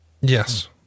Yes